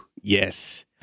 Yes